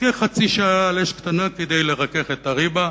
כחצי שעה על אש קטנה כדי לרכך את הריבה,